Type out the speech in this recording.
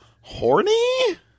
Horny